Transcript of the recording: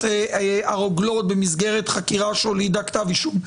הרוגלות במסגרת חקירה שהולידה כתב אישום.